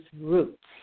roots